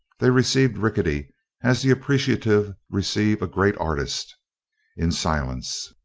they received rickety as the appreciative receive a great artist in silence.